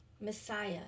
Messiah